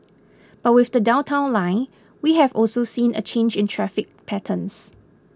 but with the Downtown Line we have also seen a change in traffic patterns